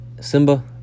simba